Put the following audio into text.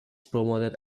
promoted